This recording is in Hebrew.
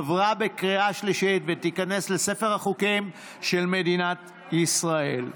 עברה בקריאה שלישית ותיכנס לספר החוקים של מדינת ישראל.